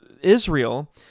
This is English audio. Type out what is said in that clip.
Israel